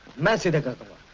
monsoon together.